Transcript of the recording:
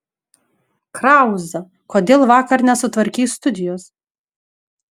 krauza kodėl vakar nesutvarkei studijos